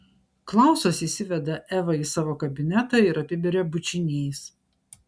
klausas įsiveda evą į savo kabinetą ir apiberia bučiniais